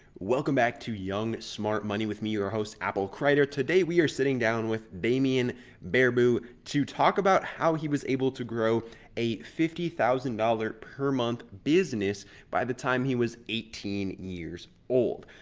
welcome back to young smart money with me your host apple crider. today we are sitting down with bamyan baraboo to talk about how he was able to grow a fifty thousand dollars per month business by the time he was eighteen years old.